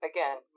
Again